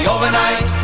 Overnight